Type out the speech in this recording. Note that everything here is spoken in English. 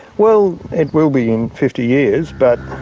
well, it will be in fifty years, but